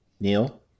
Neil